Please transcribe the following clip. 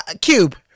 Cube